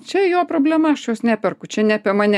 čia jo problema aš jos neperku čia ne apie mane